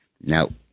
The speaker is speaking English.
Now